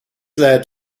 led